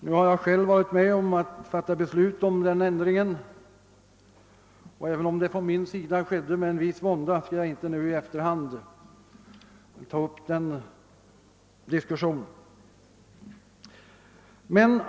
Jag har själv varit med om att fatta beslut om den ändringen, och även om jag gjorde detta med en viss vånda skall jag inte nu i efterhand ta upp någon diskussion därom.